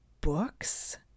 books